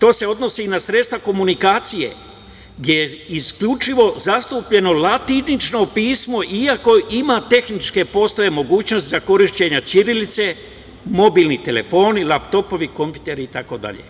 To se odnosi i na sredstva komunikacije gde je isključivo zastupljeno latinično pismo iako ima, postoje tehničke mogućnosti za korišćenje ćirilice, mobilni telefoni, laptopovi, kompjuteri itd.